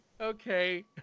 Okay